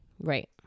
Right